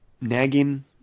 nagging